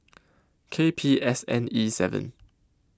K P S N E seven